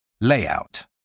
layout